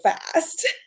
fast